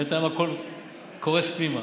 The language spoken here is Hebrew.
בינתיים הכול קורס פנימה.